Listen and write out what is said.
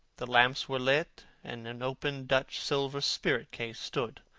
the lamps were lit, and an open dutch silver spirit-case stood,